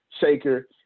Shaker